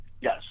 Yes